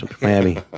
Miami